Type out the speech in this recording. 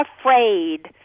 afraid